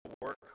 work